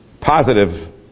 positive